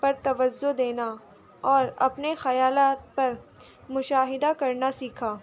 پر توجہ دینا اور اپنے خیالات پر مشاہدہ کرنا سیکھا